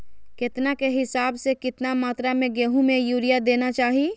केतना के हिसाब से, कितना मात्रा में गेहूं में यूरिया देना चाही?